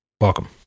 Welcome